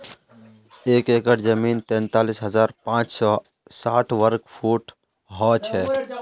एक एकड़ जमीन तैंतालीस हजार पांच सौ साठ वर्ग फुट हो छे